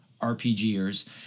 RPGers